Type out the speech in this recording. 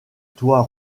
toit